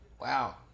Wow